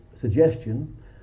suggestion